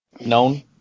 known